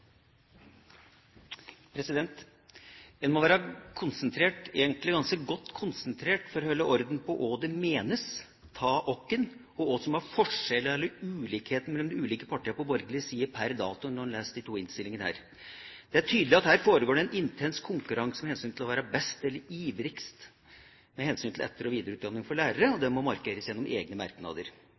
hva som er forskjellene eller ulikhetene mellom de ulike partiene på borgerlig side, per dato, når en leser de to innstillingene. Det er tydelig at her foregår det en intens konkurranse om å være best, eller ivrigst, med hensyn til etter- og videreutdanning for lærere, og at det må markeres gjennom egne merknader.